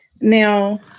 Now